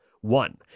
One